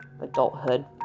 adulthood